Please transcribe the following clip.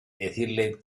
decirle